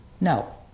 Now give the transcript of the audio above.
no